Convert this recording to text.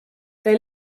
they